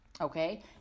okay